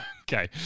Okay